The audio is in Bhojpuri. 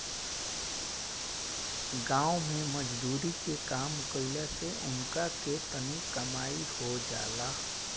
गाँव मे मजदुरी के काम कईला से उनका के तनी कमाई हो जाला